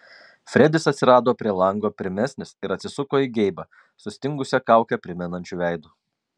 fredis atsirado prie lango pirmesnis ir atsisuko į geibą sustingusią kaukę primenančiu veidu